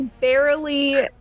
barely